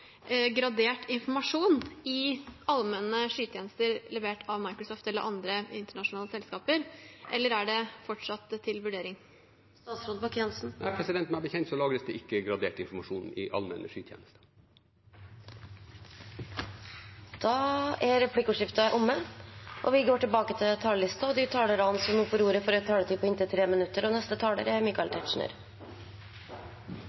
gradert informasjon i allmenne skytjenester levert av Microsoft eller andre internasjonale selskaper, eller er det fortsatt til vurdering? Meg bekjent lagres det ikke gradert informasjon i allmenne skytjenester. Replikkordskiftet er omme. De talere som heretter får ordet, har en taletid på inntil 3 minutter. Vi kan konstatere ut fra de meldingene som er